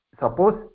Suppose